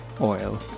oil